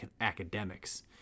academics